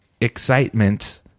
excitement